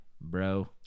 bro